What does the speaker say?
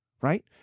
right